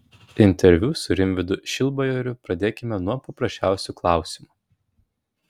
interviu su rimvydu šilbajoriu pradėkime nuo paprasčiausių klausimų